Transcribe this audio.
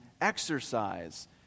exercise